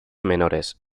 menores